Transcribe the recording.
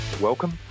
Welcome